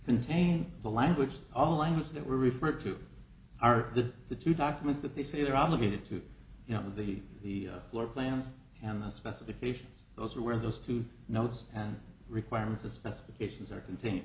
contain the language of all language that we refer to are the the two documents that they say they're obligated to you know the the floor plans and the specifications those are where those two notes and requirements of specifications are contain